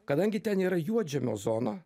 kadangi ten yra juodžemio zona